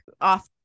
off